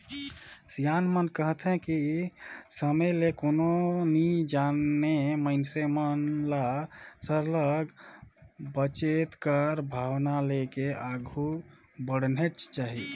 सियान मन कहथें कि समे ल कोनो नी जानें मइनसे मन ल सरलग बचेत कर भावना लेके आघु बढ़नेच चाही